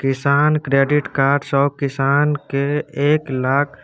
किसान credit card सँ किसान केँ एक लाख